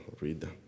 read